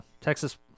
Texas